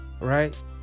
right